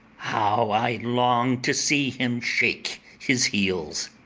how i long to see him shake his heels!